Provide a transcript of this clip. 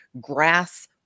grass